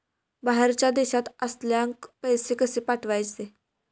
बाहेरच्या देशात असलेल्याक पैसे कसे पाठवचे?